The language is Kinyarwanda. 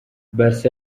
barca